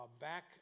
Back